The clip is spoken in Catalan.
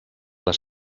les